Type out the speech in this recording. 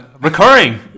Recurring